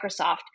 Microsoft